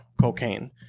cocaine